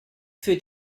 für